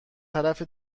طرف